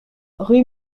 rue